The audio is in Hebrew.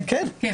כן.